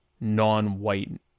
non-white